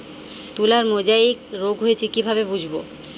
তুলার মোজাইক রোগ হয়েছে কিভাবে বুঝবো?